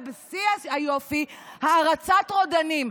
ושיא היופי, "הערצת רודנים".